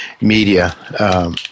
Media